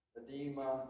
edema